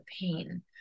pain